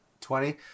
Twenty